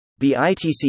BITC